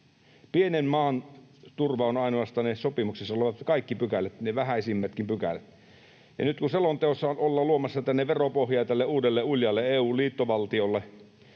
Pienen maan turva on ainoastaan kaikki ne sopimuksessa olevat pykälät, ne vähäisimmätkin pykälät. Ja nyt kun selonteossa ollaan luomassa veropohjaa tälle uudelle uljaalle EU-liittovaltiolle,